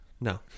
No